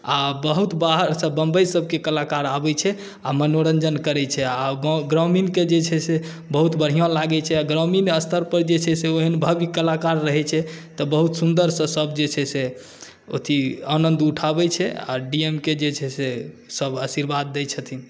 आओर बहुत बाहरसँ बंबइ सभके कलाकार आबै छै आओर मनोरञ्जन करै छै आओर ग्रामीणके जे छै से बहुत बढ़िआँ लागै छै आओर ग्रामीण स्तरपर जे छै से ओ एहन भव्य कलाकार रहै छै तऽ बहुत सुन्दरसँ सभ जे छै अथी आनन्द उठाबै छै आओर डी एमक जे छै से सभ आशीर्वाद दै छथिन